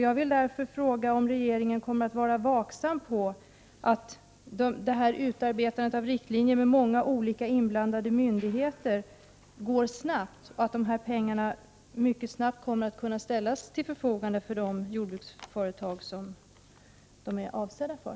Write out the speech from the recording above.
Jag vill därför fråga jordbruksministern om regeringen kommer att vara vaksam på att detta utarbetande av riktlinjer med många olika myndigheter inblandade går snabbt, så att dessa pengar mycket snart kommer att ställas till de jordbruksföretags förfogande som de är avsedda för.